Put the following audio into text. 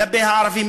כלפי הערבים,